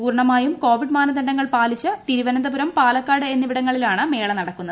പൂർണമായും കോവിഡ് മാനദണ്ഡങ്ങൾ പാലിച്ച് തിരുവന്തപുരം പാലക്കാട് കൊച്ചി തലശ്ശേരി എന്നിവിടങ്ങളിലാണ് മേള നടക്കുന്നത്